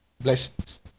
Blessings